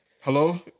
Hello